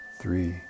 three